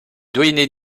doyenné